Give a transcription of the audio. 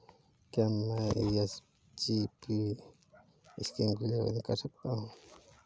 क्या मैं SGB scheme के लिए आवेदन कर सकता हूँ?